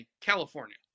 California